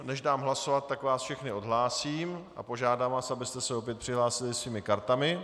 Než dám hlasovat, tak vás všechny odhlásím a požádám vás, abyste se opět přihlásili svými kartami.